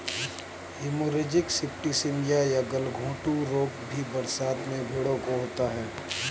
haemorrhagic septicaemia या गलघोंटू रोग भी बरसात में भेंड़ों को होता है